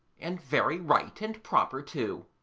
and very right and proper, too.